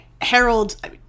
Harold